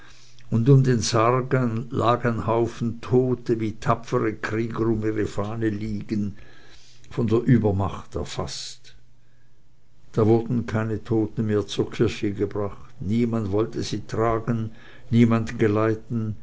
und um den sarg ein haufen tote lag wie tapfere krieger um ihre fahne liegen von der übermacht erfaßt da wurden keine toten mehr zur kirche gebracht niemand wollte sie tragen niemand geleiten